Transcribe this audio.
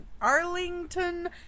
Arlington